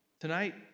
Tonight